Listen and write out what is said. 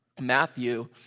Matthew